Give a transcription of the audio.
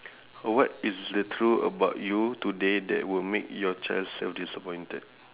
what is the true about you today that would make your child self disappointed